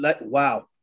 Wow